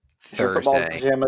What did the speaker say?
Thursday